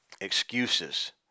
excuses